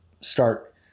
start